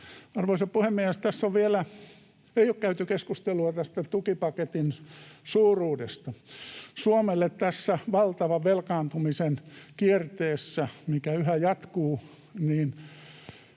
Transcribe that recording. Arvoisa puhemies! Tässä ei ole käyty keskustelua tästä tukipaketin suuruudesta. Suomelle tässä valtavan velkaantumisen kierteessä, mikä yhä jatkuu,